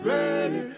Ready